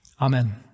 Amen